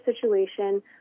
situation